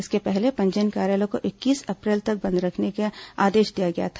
इसके पहले पंजीयन कार्यालय को इक्कीस अप्रैल तक बंद रखने का आदेश दिया गया था